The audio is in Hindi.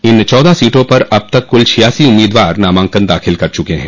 इन चौदह सीटों पर अब तक कुल छियासी उम्मीदवार नामांकन दाखिल कर चुके हैं